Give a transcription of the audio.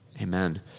Amen